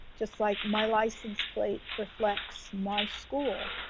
just like my license plate reflects my school.